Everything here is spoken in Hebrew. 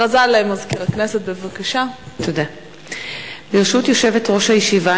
ברשות יושבת-ראש הישיבה,